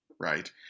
right